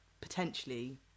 potentially